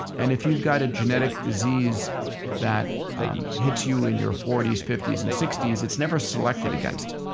and if you've got a genetic disease that um hits you in your forties fifties, and sixties it's never selected against.